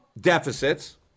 deficits